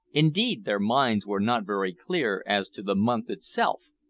indeed their minds were not very clear as to the month itself!